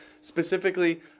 specifically